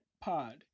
pod